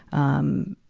um,